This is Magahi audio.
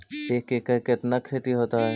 एक एकड़ कितना खेति होता है?